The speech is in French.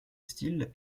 style